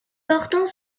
portant